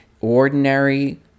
ordinary